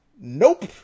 Nope